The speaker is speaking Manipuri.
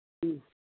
ꯎꯝ